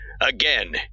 Again